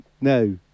No